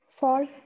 Fall